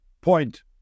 Point